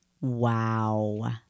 Wow